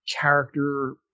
character